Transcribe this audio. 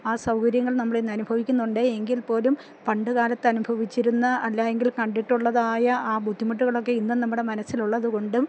ആ സൗകര്യങ്ങൾ നമ്മളിന്നനുഭവിക്കുന്നുണ്ട് എങ്കിൽപ്പോലും പണ്ടുകാലത്തനുഭവിച്ചിരുന്ന അല്ലായെങ്കിൽ കണ്ടിട്ടുള്ളതായ ആ ബുദ്ധിമുട്ടുകളൊക്കെ ഇന്നും നമ്മുടെ മനസ്സിലുള്ളതുകൊണ്ടും